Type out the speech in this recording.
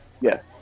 Yes